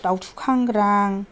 दाउथु खांग्रां